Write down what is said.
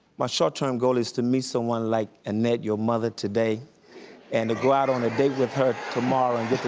my short-term goal is to meet someone like annette, your mother, today and to go out on a date with her tomorrow and get